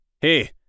hey